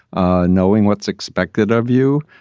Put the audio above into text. ah knowing what's expected of you.